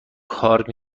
کار